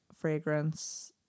fragrance